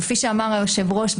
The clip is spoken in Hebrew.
כפי שאמר היושב-ראש,